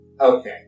Okay